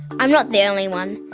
i'm not the only one.